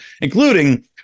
including